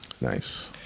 Nice